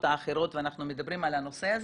האחרות ואנחנו מדברים על הנושא הזה,